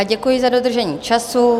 Děkuji za dodržení času.